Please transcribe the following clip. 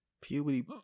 puberty